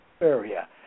area